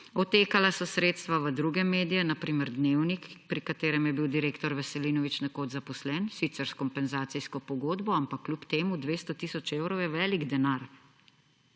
odtekala so sredstva v druge medije, na primer Dnevnik, pri katerem je bil direktor Veselinovič nekoč zaposlen, sicer s kompenzacijsko pogodbo, ampak kljub temu 200 tisoč evrov je velik denar.